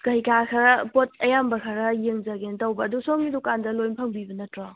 ꯀꯩꯀꯥ ꯈꯔ ꯄꯣꯠ ꯑꯌꯥꯝꯕ ꯈꯔ ꯌꯦꯡꯖꯒꯦꯅ ꯇꯧꯕ ꯑꯗꯣ ꯁꯣꯝꯒꯤ ꯗꯨꯀꯥꯟꯗ ꯂꯣꯏ ꯐꯪꯕꯤꯕ ꯅꯠꯇ꯭ꯔꯣ